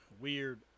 weird